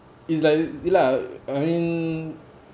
it's like ya lah I mean